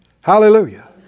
Hallelujah